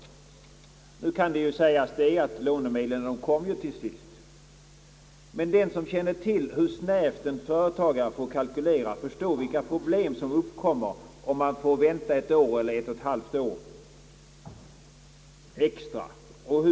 Nu kan det ju sägas att lånemedlen ändå kom till sist. Men den som känner till hur snävt en företagare får kalkylera förstår vilka problem som uppkommer om man får vänta ett eller ett halvt år extra.